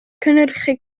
cynhyrchu